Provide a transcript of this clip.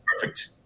perfect